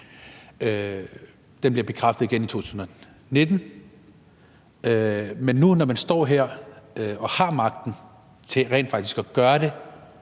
den bliver bekræftet igen i 2019 – men at man nu, når man har magten til rent faktisk at gøre det,